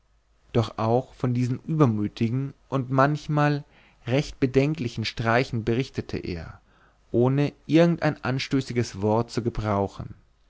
doch auch von diesen übermütigen und manchmal recht bedenklichen streichen berichtete er ohne irgendein anstößiges wort zu gebrauchen